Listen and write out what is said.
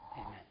Amen